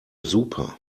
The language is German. super